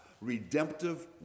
redemptive